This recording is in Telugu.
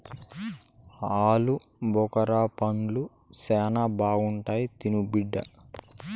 ఆలుబుకారా పండ్లు శానా బాగుంటాయి తిను బిడ్డ